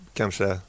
kanske